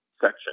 section